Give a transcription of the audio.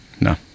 No